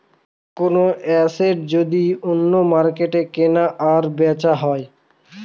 কোনো এসেট যদি অন্য মার্কেটে কেনা আর বেচা হয়